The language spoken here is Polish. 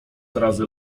razy